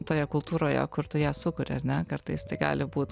toje kultūroje kur tu ją sukuri ar ne kartais tai gali būt